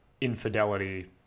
infidelity